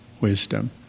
wisdom